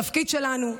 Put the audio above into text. התפקיד שלנו,